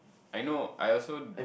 I know I also